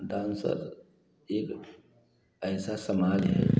dancer एक ऐसा समाज है